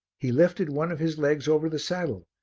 he lifted one of his legs over the saddle,